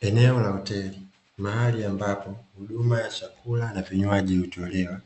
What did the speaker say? Eneo la hoteli mahali ambapo huduma ya chakula na vinywaji hutulia